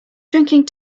drinking